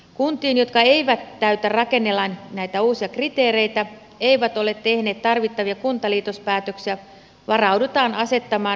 kuntiin jotka eivät täytä rakennelain näitä uusia kriteereitä eivät ole tehneet tarvittavia kuntaliitospäätöksiä varaudutaan asettamaan valtion erityisselvittäjät